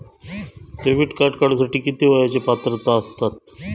Debit card काढूसाठी किती वयाची पात्रता असतात?